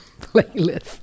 playlist